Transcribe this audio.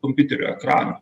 kompiuterio ekrano